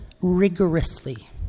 rigorously